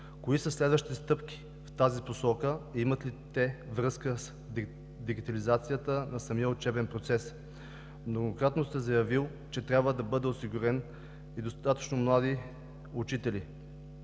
Кои са следващите стъпки в тази посока и имат ли те връзка с дигитализацията на самия учебен процес? Многократно сте заявил, че трябва да бъдат осигурени и достатъчно млади учители.